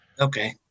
okay